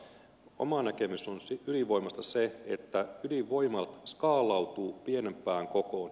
oma näkemys on ylivoimaisesti se että ydinvoima skaalautuu pienempään kokoon